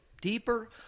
deeper